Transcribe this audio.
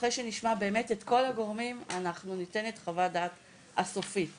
אחרי שנשמע באמת את כל הגורמים אנחנו ניתן חוות הדעת הסופית שלנו.